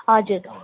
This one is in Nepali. हजुर